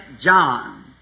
John